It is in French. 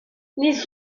les